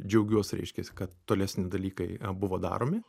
džiaugiuos reiškiasi kad tolesni dalykai buvo daromi